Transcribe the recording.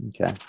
Okay